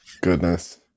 goodness